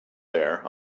there